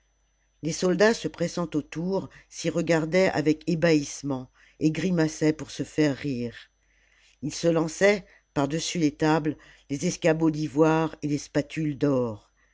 les soldats se pressant autour s'y regardaient avec ébahissement et grimaçaient pour se faire rire ils se lançaient par-dessus les tables les escabeaux d'ivoire et les spatules d'or